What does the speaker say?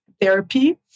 therapy